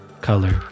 color